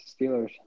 Steelers